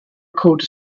code